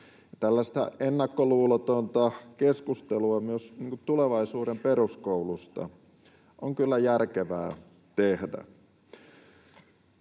ennakkoluulotonta keskustelua myös tulevaisuuden peruskoulusta on kyllä järkevää tehdä.